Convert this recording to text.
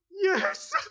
yes